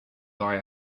guy